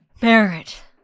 Barrett